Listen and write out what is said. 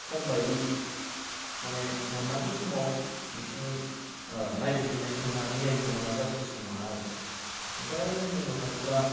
खायसे समबायदि माने मोननांगौ समाव बिसोरनि नायबिजिरनायखौ मोना नियायखौ मोना जास्टिसखौ मोना आरो ओमफ्राय आरो जों बुंनो थाङोब्ला